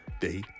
day